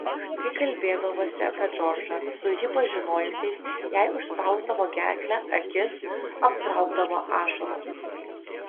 kai kalbėdavosi apie džordžą su jį pažinojusiais jai užspausdavo gerklę akis aptraukdavo ašaros